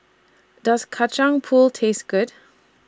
Does Kacang Pool Taste Good